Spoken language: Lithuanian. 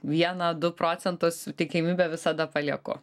vieną du procentus tikimybę visada palieku